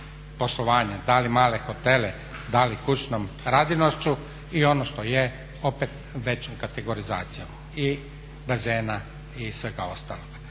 poslovanjem, da li male hotele, da li kućnom radinošću i ono što je opet većom kategorizacijom i bazena i svega ostaloga.